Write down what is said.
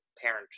parent